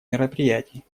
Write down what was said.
мероприятий